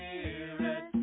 spirit